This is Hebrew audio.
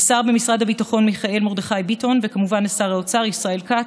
לשר במשרד הביטחון מיכאל מרדכי ביטון וכמובן לשר האוצר ישראל כץ,